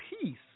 peace